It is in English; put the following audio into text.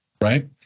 right